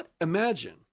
imagine